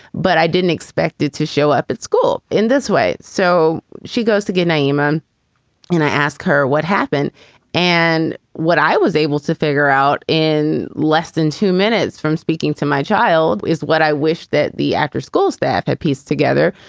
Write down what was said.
but i didn't expect it to show up at school in this way. so she goes to get nyima and i ask her what happened and what i was able to figure out in less than two minutes from speaking to my child is what i wish that the actors school staff had pieced together,